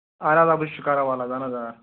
اَہَن حظ آ بہٕ چھُس شِکارا والا اَہَن حظ آ